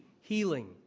healing